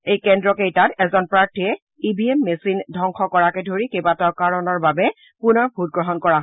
এই কেন্দ্ৰকেইটাত এজন প্ৰাথৌয়ে ইভিএম মেচিন ধংস কৰাকে ধৰি কেবাটাও কাৰণৰ বাবে পুনৰ ভোটগ্ৰহণ কৰা হৈছে